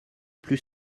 plus